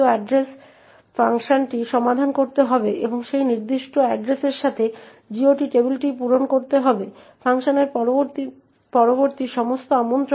তাই আমরা যা করতে চাই তা হল প্রিন্ট হয়েছে এমন অক্ষরের সংখ্যার সাথে s পরিবর্তন করতে চাই